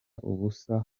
ubusa